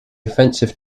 offensive